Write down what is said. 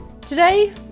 Today